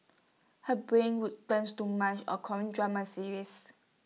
her brain would turns to mush on Korean drama serials